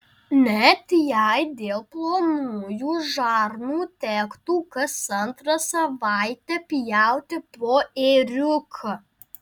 net jei dėl plonųjų žarnų tektų kas antrą savaitę pjauti po ėriuką